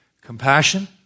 compassion